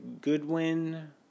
Goodwin